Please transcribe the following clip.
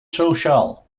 sociaal